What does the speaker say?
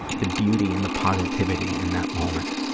the beauty and the positivity in that moment